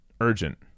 urgent